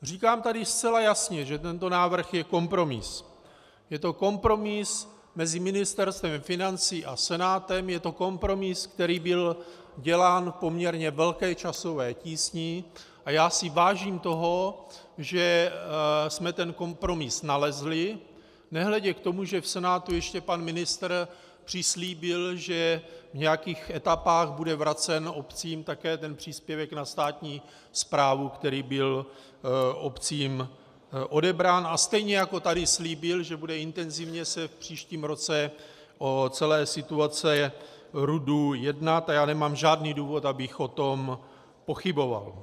Říkám tady zcela jasně, že tento návrh je kompromis, je to kompromis mezi Ministerstvem financí a Senátem, je to kompromis, který byl dělán v poměrně velké časové tísni, a já si vážím toho, že jsme ten kompromis nalezli, nehledě k tomu, že v Senátu ještě pan ministr přislíbil, že v nějakých etapách bude vracen obcím také ten příspěvek na státní správu, který byl obcím odebrán, a stejně jako tady slíbil, že se bude intenzivně v příštím roce o celé situaci RUD jednat, a já nemám žádný důvod, abych o tom pochyboval.